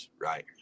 right